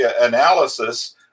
analysis